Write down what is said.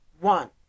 One